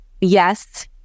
yes